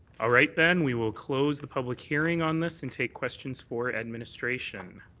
ah right then. we will close the public hearing on this and take questions for administration.